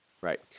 Right